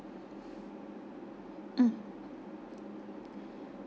mm